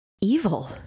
evil